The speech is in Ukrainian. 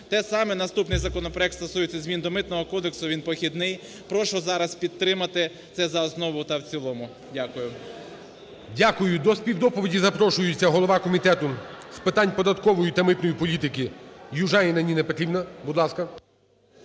Те саме, наступний законопроект стосується змін до Митного кодексу, він похідний. Прошу зараз підтримати це за основу та в цілому. Дякую. ГОЛОВУЮЧИЙ. Дякую. До співдоповіді запрошується голова Комітету з питань податкової та митної політики Южаніна Ніна Петрівна,